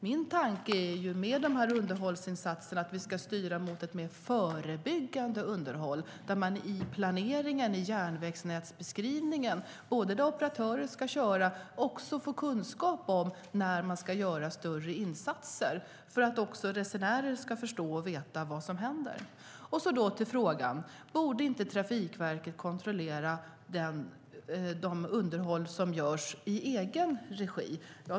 Min tanke är att med dessa underhållsinsatser styra mot ett mer förebyggande underhåll där man i planeringen i järnvägsnätsbeskrivningen, där operatörer ska köra, också får kunskap om när större insatser ska göras så att resenärer ska förstå och veta vad som händer. Så till frågan om inte Trafikverket borde kontrollera det underhåll som görs i egen regi.